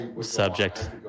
subject